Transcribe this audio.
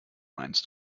meinst